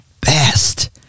best